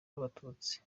b’abatutsi